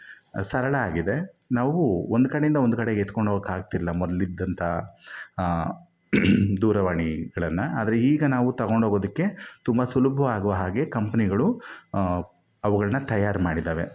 ಸರಳ ಆಗಿದೆ ನಾವು ಒಂದು ಕಡೆಯಿಂದ ಒಂದು ಕಡೆಗೆ ಎತ್ಕೊಂಡೋಗೋಕೆ ಆಗ್ತಿರಲ್ಲ ಮೊದ್ಲಿದ್ದಂಥ ದೂರವಾಣಿಗಳನ್ನು ಆದರೆ ಈಗ ನಾವು ತಗೊಂಡು ಹೋಗೋದಕ್ಕೆ ತುಂಬ ಸುಲಭ ಆಗೋ ಹಾಗೇ ಕಂಪ್ನಿಗಳು ಅವುಗಳನ್ನು ತಯಾರು ಮಾಡಿದ್ದಾವೆ